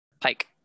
pike